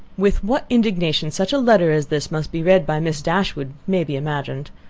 with what indignation such a letter as this must be read by miss dashwood, may be imagined.